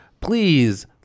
please